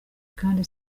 kandi